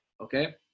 okay